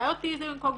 אולי אוטיזם קוגניטיבי.